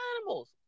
animals